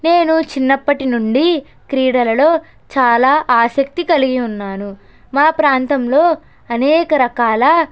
నేను చిన్నపటి నుండి క్రీడలలో చాలా ఆసక్తి కలిగి ఉన్నాను మా ప్రాంతంలో అనేక రకాల